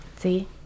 See